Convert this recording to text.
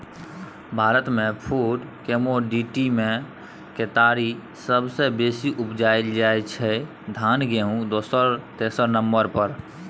भारतमे फुड कमोडिटीमे केतारी सबसँ बेसी उपजाएल जाइ छै धान गहुँम दोसर तेसर नंबर पर